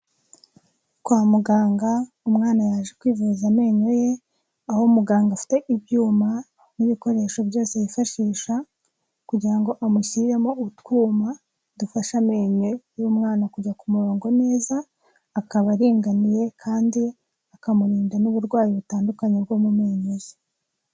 Kwa muganga umwana yaje kwivuza amenyo ye, aho muganga afite ibyuma n'ibikoresho byose yifashisha, kugira ngo amushyiremo utwuma dufasha amenyo y'umwana kujya ku murongo neza, akaba aringaniye kandi akamurinda n'uburwayi butandukanye bwo mu menyo ye.